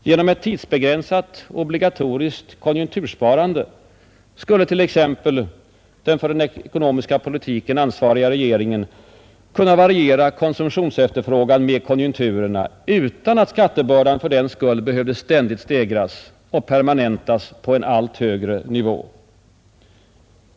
Genom ett tidsbegränsat obligatoriskt konjunktursparande skulle exempelvis den för den ekonomiska politiken ansvariga regeringen kunna variera komsumtionsefterfrågan med konjunkturerna utan att skattebördan fördenskull behövde ständigt stegras och permanentas på en allt högre nivå.